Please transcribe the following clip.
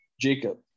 Jacob